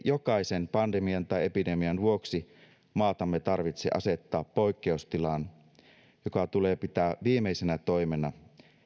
jokaisen pandemian tai epidemian vuoksi maatamme tarvitse asettaa poikkeustilaan joka tulee pitää viimeisenä toimena